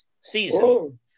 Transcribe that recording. season